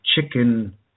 chicken